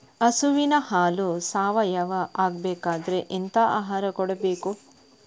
ಹಸುವಿನ ಹಾಲು ಸಾವಯಾವ ಆಗ್ಬೇಕಾದ್ರೆ ಎಂತ ಆಹಾರ ಕೊಡಬೇಕು?